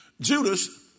Judas